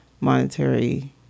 monetary